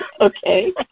Okay